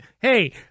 hey